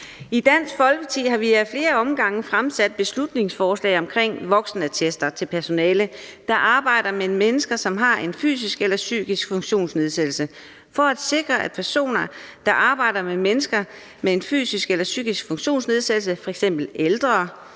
I Dansk Folkeparti har vi ad flere omgange fremsat beslutningsforslag om voksenattester til personale, der arbejder med mennesker, som har en fysisk eller psykisk funktionsnedsættelse. Det er for at sikre, at personer, der arbejder med mennesker med en fysisk eller psykisk funktionsnedsættelse, f.eks. ældre